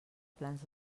plans